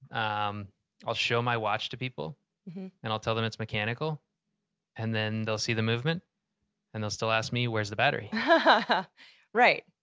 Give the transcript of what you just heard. um i'll show my watch to people and i'll tell them it's mechanical and then they'll see the movement and they'll still ask me where's the battery? but right!